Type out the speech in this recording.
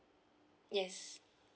yes